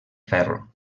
ferro